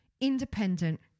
independent